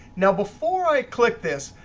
now before i click this,